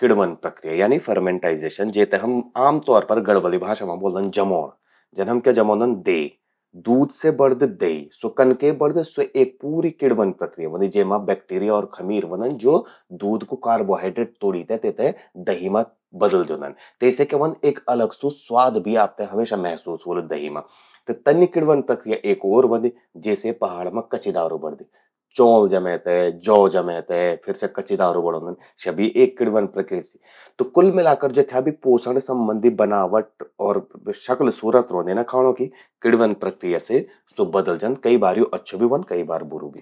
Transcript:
किण्वन प्रक्रिया यानी फर्मेंटाइजेशन..जेते हम आम तौर पर गढ़वलि भाषा मां ब्वोलदन जमौंण। जन हम क्या जमौंदन..दही। दूध से बणद दही। कनके बणंद? स्वो एक पूरी किणवन प्रक्रिया ह्वोंदि। जेमा बैक्टीरिया अर खमीर ह्वंदन जो तूंकू कार्बोहाइड्रेट त्वोड़ि ते तेते दही मां बदल द्योंदन। तेसे क्या ह्वंद एक अलग सू स्वाद आपते महसूस ह्वोलु जही मां। त तन्नि किणवन प्रक्रिया एक ओर ह्वंदि जैसे पहाड़ मां कच्चि दारु बणंदि। चौंल जमै ते, जौ जमै ते फिर स्या कच्चि दारू बणौंदन, यि एक किण्वन प्रक्रिया। त कुल मिले ते जथ्या भी पोषण संबंधी बनावट और शक्ल सूरत रौंदि ना खाणों कि किण्वन प्रक्रिया से स्वो बदल जंद। कई बार यो अच्छू भि ह्वंद, कई बार बुरु भी।